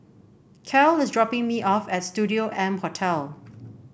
Cal is dropping me off at Studio M Hotel